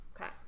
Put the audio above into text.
Okay